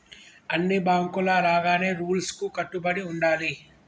అన్ని బాంకుల లాగానే రూల్స్ కు కట్టుబడి ఉండాలి